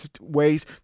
ways